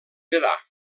nedar